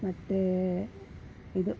ಮತ್ತು ಇದು